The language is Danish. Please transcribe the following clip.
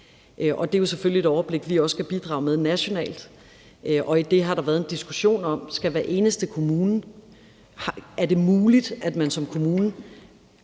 Det er jo selvfølgelig et overblik, vi også skal bidrage med nationalt, og i det har der været en diskussion om, om det er muligt, at man som kommune